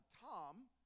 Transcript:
Tom